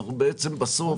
אנחנו בסוף